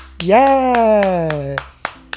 Yes